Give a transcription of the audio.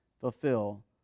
fulfill